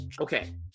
Okay